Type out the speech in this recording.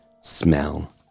smell